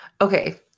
Okay